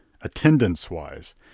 attendance-wise